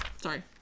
Sorry